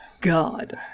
God